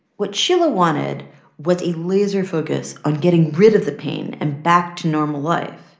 what sheila wanted was a laser focus on getting rid of the pain and back to normal life.